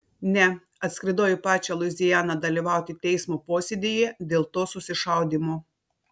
ne atskridau į pačią luizianą dalyvauti teismo posėdyje dėl to susišaudymo